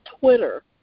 Twitter